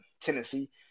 Tennessee